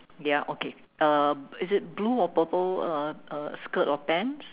ya okay uh is it blue or purple uh uh skirt or pants